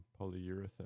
polyurethane